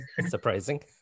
Surprising